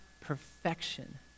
perfection